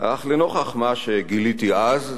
לנוכח מה שגיליתי אז,